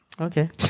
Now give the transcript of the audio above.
okay